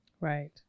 Right